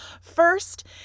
First